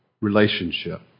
relationship